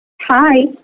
Hi